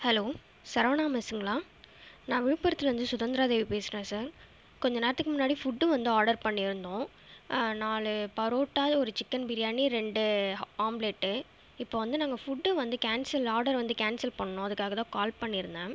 hello Saravana மெஸ்ஸுங்ளா நான் விழுப்புரத்துலேந்து சுதந்திரா தேவி பேசுறேன் சார் கொஞ்சம் நேரத்துக்கு முன்னாடி ஃபுட் வந்து ஆர்டர் பண்ணியிருந்தோம் நாலு பரோட்டா ஒரு சிக்கன் பிரியாணி ரெண்டு ஆம்லேட் இப்போ வந்து நாங்கள் ஃபுட் வந்து கேன்சல் ஆடர் வந்து கேன்சல் பண்ணணும் அதுக்காகத்தான் கால் பண்ணிருந்தேன்